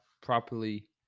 properly